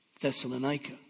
Thessalonica